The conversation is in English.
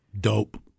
Dope